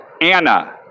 Anna